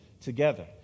together